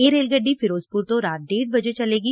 ਇਹ ਰੇਲ ਗੱਡੀ ਫਿਰੋਜ਼ਪੁਰ ਤੋਂ ਰਾਤ ਡੇਢ ਵਜੇ ਚੱਲੇਗੀ